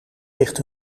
ligt